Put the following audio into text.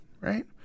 Right